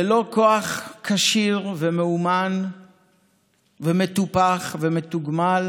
ללא כוח כשיר ומאומן ומטופח ומתוגמל